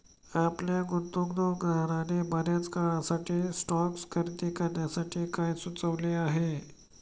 आपल्या गुंतवणूकदाराने बर्याच काळासाठी स्टॉक्स खरेदी करण्यासाठी काय सुचविले आहे?